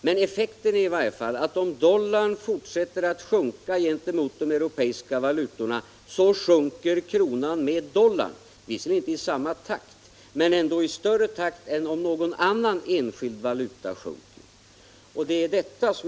Men effekten blir i varje fall att om dollarn fortsätter att sjunka gentemot de europeiska valutorna så sjunker kronan med dollarn, visserligen inte i samma takt men ändå i snabbare takt än om någon annan enskild valuta sjunker.